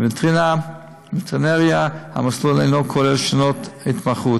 בווטרינריה המסלול אינו כולל שנות התמחות.